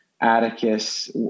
Atticus